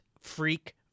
freak